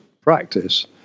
practice